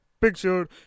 picture